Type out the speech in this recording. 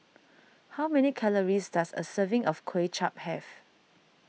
how many calories does a serving of Kuay Chap have